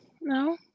no